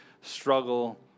struggle